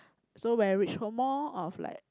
so when I reach home more of like